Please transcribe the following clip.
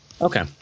Okay